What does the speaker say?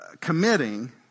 committing